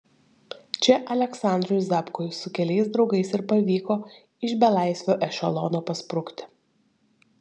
čia aleksandrui zapkui su keliais draugais ir pavyko iš belaisvių ešelono pasprukti